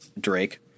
Drake